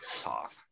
talk